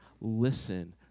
Listen